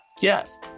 Yes